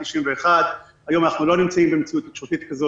91. היום אנחנו לא נמצאים במציאות כזאת.